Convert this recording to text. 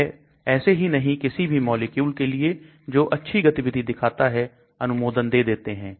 वह ऐसे ही नहीं किसी भी मॉलिक्यूल के लिए जो अच्छी गतिविधि दिखाता है अनुमोदन दे देते हैं